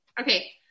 Okay